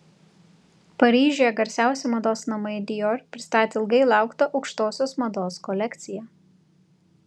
paryžiuje garsiausi mados namai dior pristatė ilgai lauktą aukštosios mados kolekciją